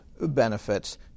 benefits